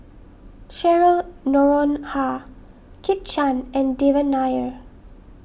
Cheryl Noronha Kit Chan and Devan Nair